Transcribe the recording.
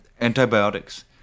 Antibiotics